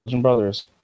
Brothers